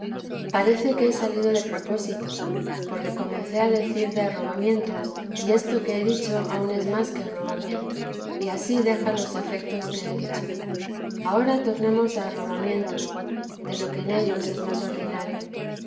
parece que he salido de propósito porque comencé a decir de arrobamientos y esto que he dicho aun es más que arrobamiento y ansí deja los efectos que he dicho ahora tornemos a arrobamiento de lo que en ellos es más ordinario